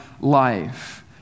life